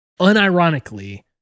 Unironically